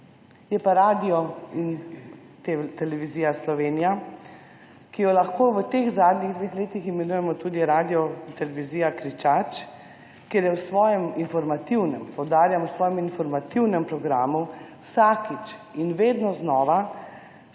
je pa radio in televizija Slovenija, ki jo lahko v teh zadnjih dveh letih imenujemo tudi radio in televizija Kričač, kjer je v svojem informativnem, poudarjam, v svojem informativnem programu vsakič in vedno znova